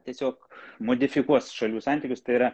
tiesiog modifikuos šalių santykius tai yra